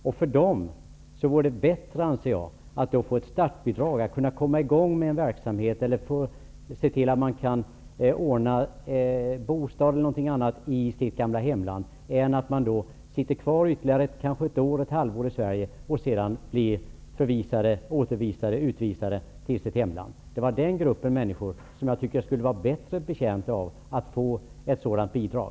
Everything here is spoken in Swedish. Jag anser att det vore bättre för dem att få ett startbidrag och att kunna komma i gång med en verksamhet eller ordna bostad i sitt gamla hemland än att sitta kvar ytterligare ett halvår eller ett år i Sverige och sedan blir utvisade till sitt hemland. Det var den gruppen människor som jag tyckte skulle vara bättre betjänt av att få ett sådant bidrag.